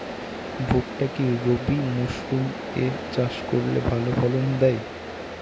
ভুট্টা কি রবি মরসুম এ চাষ করলে ভালো ফলন দেয়?